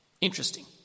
Interesting